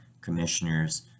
commissioners